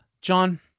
John